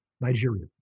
Nigeria